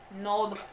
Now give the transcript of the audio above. no